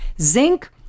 Zinc